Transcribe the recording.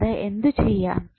അടുത്തത് എന്തുചെയ്യാം